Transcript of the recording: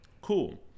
cool